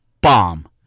bomb